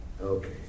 Okay